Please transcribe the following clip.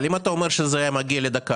אבל אם אתה אומר שזה היה מגיע לדיון של דקה